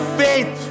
faith